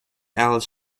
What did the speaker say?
alice